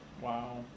Wow